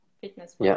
fitness